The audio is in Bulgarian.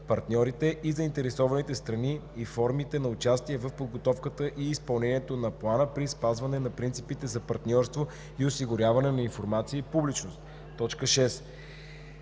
партньорите и заинтересованите страни и формите на участие в подготовката и изпълнението на плана при спазване на принципите за партньорство и осигуряване на информация и публичност;